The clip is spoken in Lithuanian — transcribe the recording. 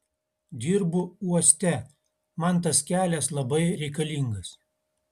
dirbu uoste man tas kelias labai reikalingas